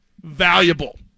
valuable